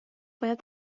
باید